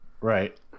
Right